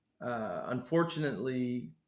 unfortunately